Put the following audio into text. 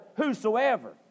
whosoever